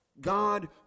God